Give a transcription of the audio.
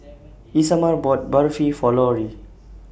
Isamar bought Barfi For Lorie